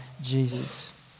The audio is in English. Jesus